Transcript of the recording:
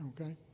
okay